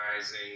Rising